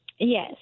Yes